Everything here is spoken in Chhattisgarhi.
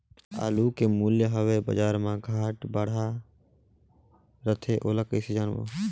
आलू के मूल्य हवे बजार मा घाट बढ़ा रथे ओला कइसे जानबो?